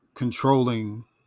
controlling